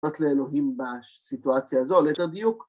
‫פרק לאלוהים בסיטואציה הזו ליותר דיוק.